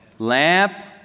Lamp